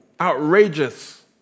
outrageous